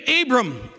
Abram